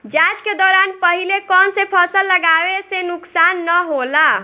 जाँच के दौरान पहिले कौन से फसल लगावे से नुकसान न होला?